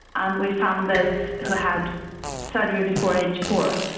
and we found those who had surgery before age four,